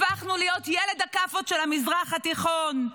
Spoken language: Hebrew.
הפכנו להיות ילד הכאפות של המזרח התיכון.